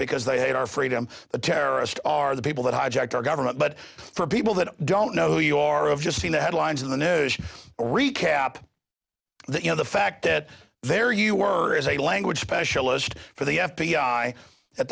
because they hate our freedom the terrorists are the people that hijacked our government but for people that don't know who you are of just seeing the headlines in the news recap you know the fact that there you were as a language specialist for the f